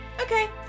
Okay